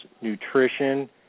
nutrition